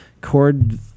chord